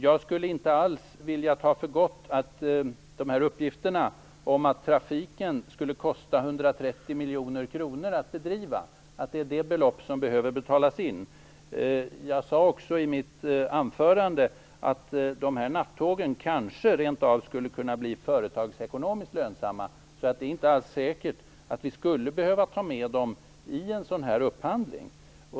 Jag skulle inte alls vilja ta för gott att den här trafiken skulle kosta 130 miljoner kronor att bedriva. Jag sade i mitt anförande att nattågen kanske rent av skulle kunna bli företagsekonomiskt lönsamma. Det är inte alls säkert att vi skulle behöva ta med dem i en upphandling.